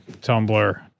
Tumblr